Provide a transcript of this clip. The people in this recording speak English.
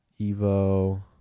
evo